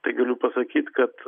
tai galiu pasakyt kad